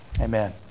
Amen